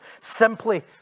Simply